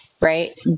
right